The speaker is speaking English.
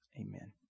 Amen